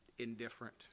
Indifferent